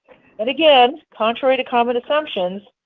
and again, contrary to common assumption,